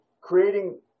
creating